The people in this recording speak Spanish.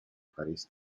parís